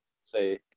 say